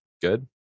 good